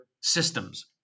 systems